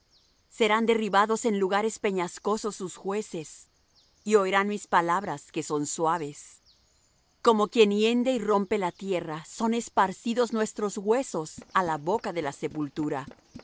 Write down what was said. serán derribados en lugares peñascosos sus jueces y oirán mis palabras que son suaves como quien hiende y rompe la tierra son esparcidos nuestros huesos á la boca de la sepultura